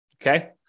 Okay